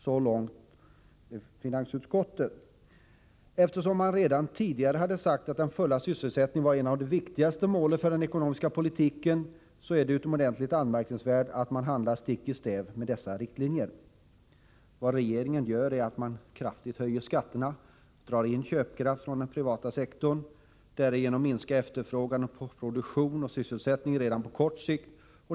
Så långt finansutskottet. Eftersom man redan tidigare har sagt att den fulla sysselsättningen var ett av de viktigaste målen för den ekonomiska politiken, är det utomordentligt anmärkningsvärt att man handlar stick i stäv med dessa riktlinjer. Vad regeringen gör är att kraftigt höja skatterna, dra in köpkraften från den privata sektorn och därigenom minska efterfrågan på produktion och sysselsättning redan på kort sikt.